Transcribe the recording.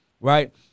Right